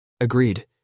Agreed